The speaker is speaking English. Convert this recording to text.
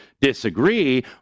disagree